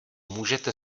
můžete